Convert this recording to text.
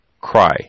cry